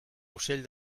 ocell